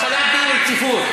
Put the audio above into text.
החלת דין רציפות.